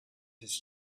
his